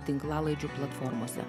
tinklalaidžių platformose